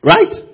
Right